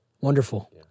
Wonderful